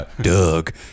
Doug